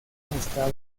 está